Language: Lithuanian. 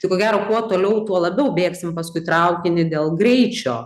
tai ko gero kuo toliau tuo labiau bėgsim paskui traukinį dėl greičio